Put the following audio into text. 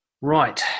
right